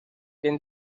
bien